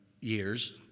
years